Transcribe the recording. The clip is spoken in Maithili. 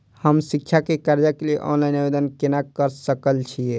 हम शिक्षा के कर्जा के लिय ऑनलाइन आवेदन केना कर सकल छियै?